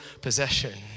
possession